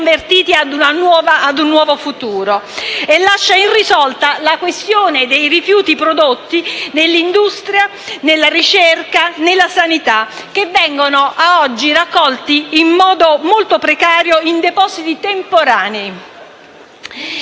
la questione dei rifiuti prodotti nell'industria, nella ricerca e nella sanità, che vengono ad oggi raccolti in modo molto precario in depositi temporanei.